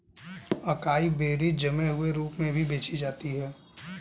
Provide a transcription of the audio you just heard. acai berries जमे हुए रूप में भी बेची जाती हैं